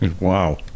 wow